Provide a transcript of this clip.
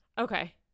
Okay